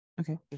Okay